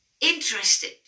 interested